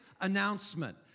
announcement